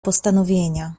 postanowienia